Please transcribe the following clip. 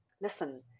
listen